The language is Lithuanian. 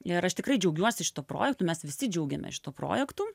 ir aš tikrai džiaugiuosi šituo projektu mes visi džiaugiamės šituo projektu